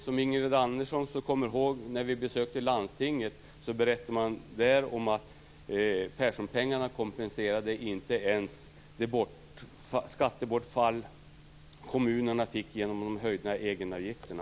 Som Ingrid Andersson kommer ihåg berättade man när vi besökte landstinget att Perssonpengarna inte ens kompenserade det skattebortfall som kommunerna fick genom de höjda egenavgifterna.